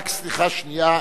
רק סליחה שנייה,